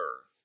earth